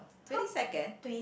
twenty second